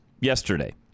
yesterday